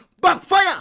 backfire